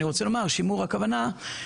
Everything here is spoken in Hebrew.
הכוונה בשימור,